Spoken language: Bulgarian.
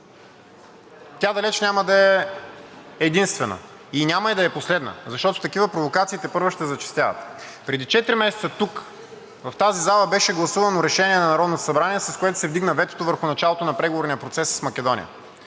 тя далеч няма да е единствена и няма и да е последна, защото такива провокации тепърва ще зачестяват. Преди четири месеца тук, в тази зала, беше гласувано решение на Народното събрание, с което се вдигна ветото върху началото на преговорния процес с Македония.